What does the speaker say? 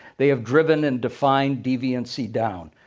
they have driven and defined deviancy down.